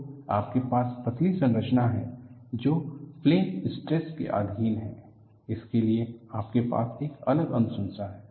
तो आपके पास पतली संरचनाएं हैं जो प्लेन स्ट्रेस के अधीन हैं इसके लिए आपके पास एक अलग अनुशंसा है